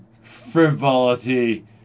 frivolity